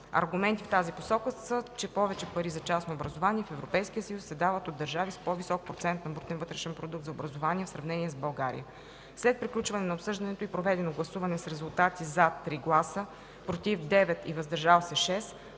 Аргументи в тази посока са, че повече пари за частно образование в Европейския съюз се дават от държави с по-висок процент на брутен вътрешен продукт за образование в сравнение с България. След приключване на обсъждането и проведено гласуване с резултати: „за” 3 гласа, „против” 9 и „въздържали се” 6,